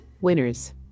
Winners